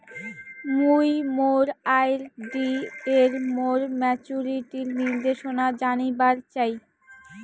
মুই মোর আর.ডি এর মোর মেচুরিটির নির্দেশনা জানিবার চাই